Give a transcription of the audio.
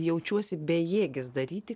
jaučiuosi bejėgis daryti